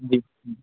جی